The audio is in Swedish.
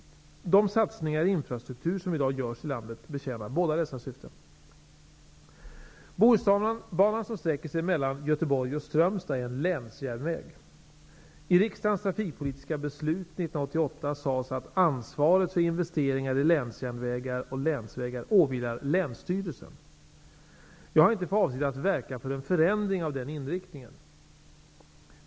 De satsningar i infrastruktur som i dag görs i landet betjänar båda dessa syften. Strömstad, är en länsjärnväg. I riksdagens trafikpolitiska beslut 1988 sades det att ansvaret för investeringar i länsjärnvägar och länsvägar åvilar länsstyrelsen. Jag har inte för avsikt att verka för en förändring av den inriktningen.